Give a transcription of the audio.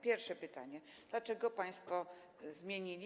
Pierwsze pytanie: Dlaczego państwo zmienili.